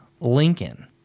Lincoln